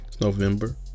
November